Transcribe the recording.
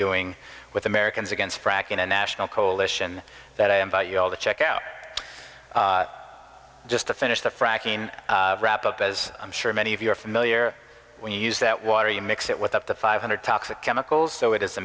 doing with americans against fracking a national coalition that i invite you all the check out just to finish the fracking wrap up as i'm sure many of you are familiar when you use that water you mix it with up to five hundred toxic chemicals so it is